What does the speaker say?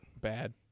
Bad